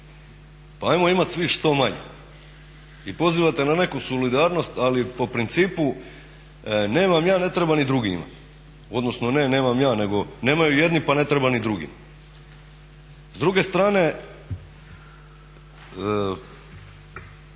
pa ajmo imat svi što manje. I pozivate na neku solidarnost, ali po principu nemam ja, ne treba ni drugi imat, odnosno ne nemam ja nego nemaju jedni pa ne trebaju ni drugi. S druge strane,